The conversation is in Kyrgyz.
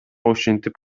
ушинтип